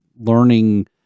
learning